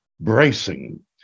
bracing